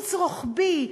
קיצוץ רוחבי,